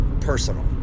personal